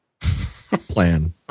plan